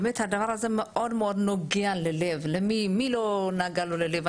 באמת הדבר הזה מאוד מאוד נוגע ללב מי לא נגע לליבו?